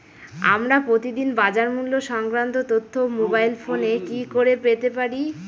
আমরা প্রতিদিন বাজার মূল্য সংক্রান্ত তথ্য মোবাইল ফোনে কি করে পেতে পারি?